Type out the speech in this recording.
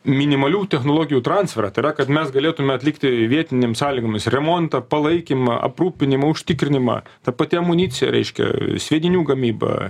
minimalių technologijų transferą tai yra kad mes galėtume atlikti vietinėm sąlygomis remontą palaikymą aprūpinimą užtikrinimą ta pati amunicija reiškia sviedinių gamyba